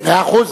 מאה אחוז.